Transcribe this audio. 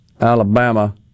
Alabama